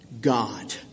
God